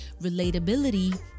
relatability